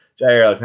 Jair